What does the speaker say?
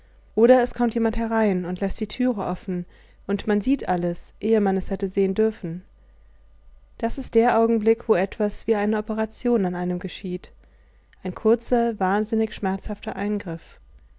oder es kommt jemand herein und läßt die türe offen und man sieht alles ehe man es hätte sehen dürfen das ist der augenblick wo etwas wie eine operation an einem geschieht ein kurzer wahnsinnig schmerzhafter eingriff